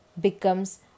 becomes